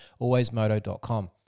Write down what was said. alwaysmoto.com